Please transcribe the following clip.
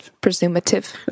Presumptive